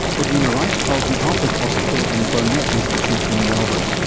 edwina wright, of the alfred hospital and burnet institute in melbourne.